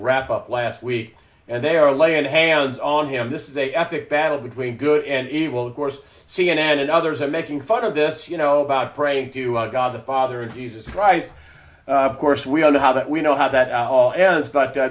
wrapped up last week and they are laying hands on him this is a epic battle between good and evil of course c n n and others are making fun of this you know about praying to god the father of jesus christ of course we all know how that we know how that a